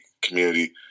community